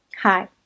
Hi